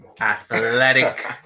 athletic